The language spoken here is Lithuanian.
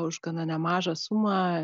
už gana nemažą sumą